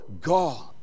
God